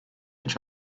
each